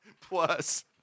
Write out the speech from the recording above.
Plus